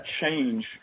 change